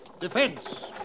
defense